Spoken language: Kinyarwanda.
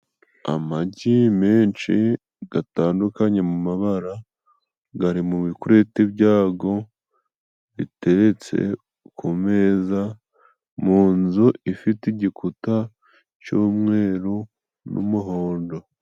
Amagi menshi gatandukanye mu mabara, gari mu ikureti jyago biteretse ku meza mu nzu ifite igikuta c'umweru n'umuhondo.